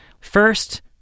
First